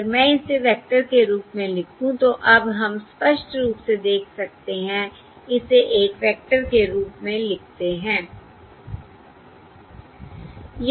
अगर मैं इसे वेक्टर के रूप में लिखूं तो अब हम स्पष्ट रूप से देख सकते हैं इसे एक वेक्टर के रूप में लिखते है